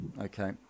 Okay